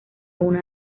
una